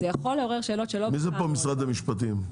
זה יכול עורר שאלות --- מי פה ממשרד המשפטים?